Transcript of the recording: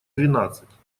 двенадцать